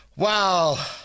Wow